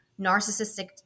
narcissistic